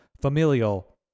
familial